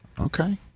Okay